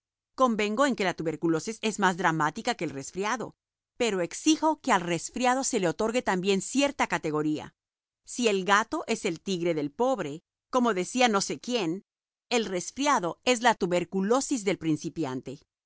convengo en que la tuberculosis es más dramática que el resfriado pero exijo que al resfriado se le otorgue también cierta categoría si el gato es el tigre del pobre como decía no sé quién el resfriado es la tuberculosis del principiante